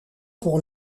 pour